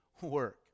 work